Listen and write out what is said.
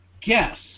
guess